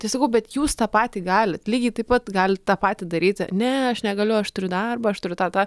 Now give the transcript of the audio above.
tai sakau bet jūs tą patį gali lygiai taip pat galit tą patį daryti ne aš negaliu aš turiu darbą aš turiu tą tą